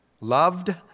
loved